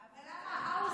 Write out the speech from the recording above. למה האוזר,